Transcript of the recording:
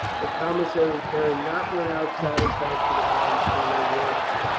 the commissary turned not without satisfaction upon colonel royston.